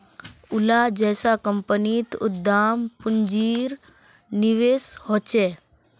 ओला जैसा कम्पनीत उद्दाम पून्जिर निवेश होछे